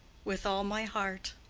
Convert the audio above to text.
with all my heart.